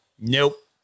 nope